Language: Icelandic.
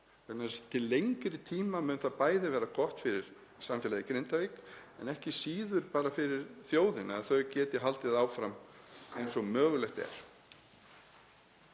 þess að til lengri tíma mun það bæði verða gott fyrir samfélagið í Grindavík en ekki síður bara fyrir þjóðina að þau geti haldið áfram eins og mögulegt er.